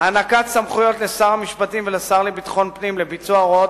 הענקת סמכויות לשר המשפטים ולשר לביטחון פנים לביצוע הוראות